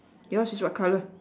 okay yours is what colour